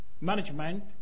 management